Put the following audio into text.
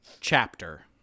chapter